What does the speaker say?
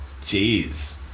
Jeez